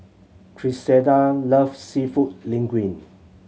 Griselda loves Seafood Linguine